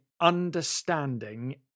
understanding